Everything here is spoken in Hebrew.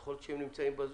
יכול להיות שהם נמצאים בזום.